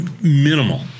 minimal